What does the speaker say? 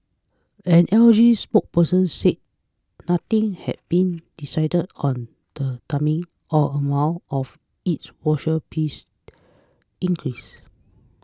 an L G spokesperson said nothing had been decided on the timing or amount of its washer piece increase